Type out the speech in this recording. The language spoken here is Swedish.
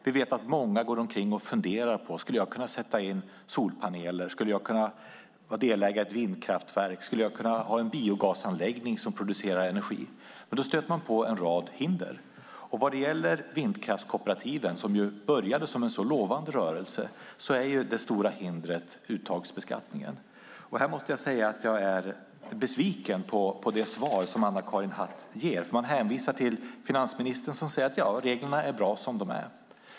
Vi vet att många går omkring och funderar på om de skulle kunna sätta in solpaneler, vara delägare i ett vindkraftverk eller ha en biogasanläggning som producerar energi. Man stöter dock på en rad hinder. Vad gäller vindkraftskooperativen, som började som en så lovande rörelse, är det stora hindret uttagsbeskattningen. Här måste jag säga att jag är besviken på det svar Anna-Karin Hatt ger. Hon hänvisar till finansministern, som säger att reglerna är bra som de är.